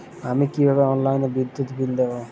আমি কিভাবে অনলাইনে বিদ্যুৎ বিল দেবো?